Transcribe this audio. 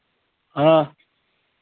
آ